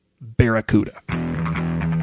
Barracuda